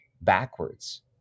backwards